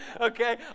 okay